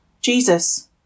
Jesus